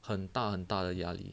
很大很大的压力